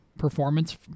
performance